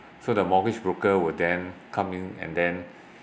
so the mortgage broker will then come in and then